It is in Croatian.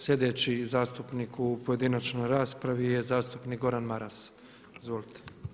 Sljedeći zastupnik u pojedinačnoj raspravi je zastupnik Gordan Maras, izvolite.